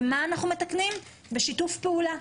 ומה אנחנו מתקנים בשיתוף פעולה,